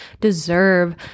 deserve